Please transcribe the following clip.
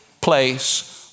place